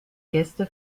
gäste